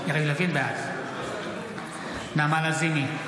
בעד נעמה לזימי,